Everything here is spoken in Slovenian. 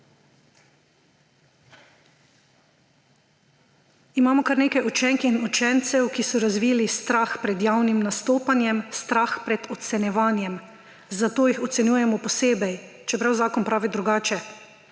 Imamo kar nekaj učenk in učencev, ki so razvili strah pred javnim nastopanjem, strah pred ocenjevanjem, zato jih ocenjujemo posebej, čeprav zakon pravi drugače